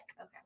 Okay